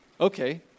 Okay